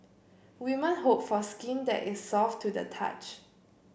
women hope for skin that is soft to the touch